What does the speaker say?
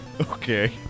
Okay